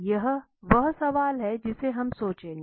यह वह सवाल है जिसे हम सोचेंगे